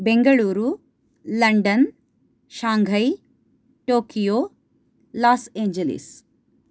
Bengaluru London Shanghai Tokyo Los Angeles